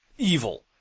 Evil